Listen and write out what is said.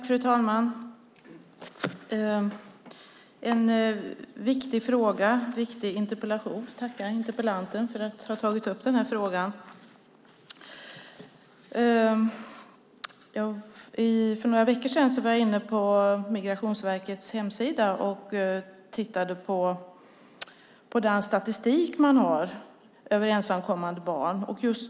Fru talman! Jag tackar interpellanten för att han har tagit upp denna viktiga fråga. För några veckor sedan var jag inne på Migrationsverkets hemsida och tittade på den statistik man har över ensamkommande barn.